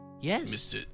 Yes